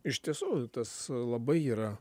iš tiesų tas labai yra